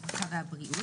הרווחה והבריאות,